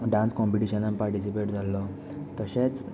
dance कोंपिटिशनान participate जाल्लो तशेंच